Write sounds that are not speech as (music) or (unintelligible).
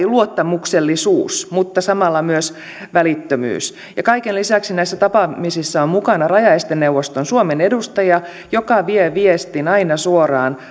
(unintelligible) luottamuksellisuus mutta samalla myös välittömyys kaiken lisäksi näissä tapaamisissa on mukana rajaesteneuvoston suomen edustaja joka vie viestin aina suoraan (unintelligible)